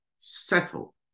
settle